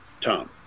Tom